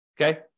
okay